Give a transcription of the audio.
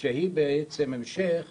והיא בעצם המשך